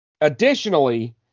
Additionally